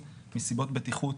הורידו אותם מסיבות של בטיחות.